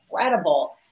incredible